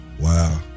Wow